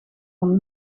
van